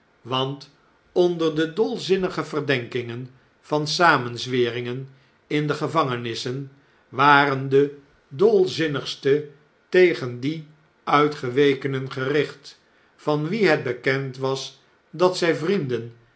want onder de dolzinnige verdenkingen van samenzweringen in de gevangenissen waren de dolzinnigste tegen die uitgewekenen gericht van wie het bekend was dat zjj vrienden